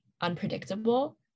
unpredictable